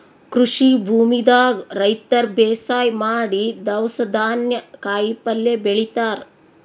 ಕೃಷಿ ಭೂಮಿದಾಗ್ ರೈತರ್ ಬೇಸಾಯ್ ಮಾಡಿ ದವ್ಸ್ ಧಾನ್ಯ ಕಾಯಿಪಲ್ಯ ಬೆಳಿತಾರ್